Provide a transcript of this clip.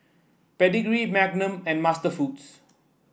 Pedigree Magnum and MasterFoods